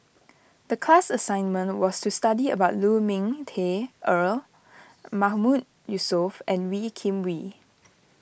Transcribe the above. the class assignment was to study about Lu Ming Teh Earl Mahmood Yusof and Wee Kim Wee